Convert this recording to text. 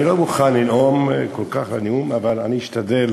אני כל כך לא מוכן לנאום אבל אני אשתדל,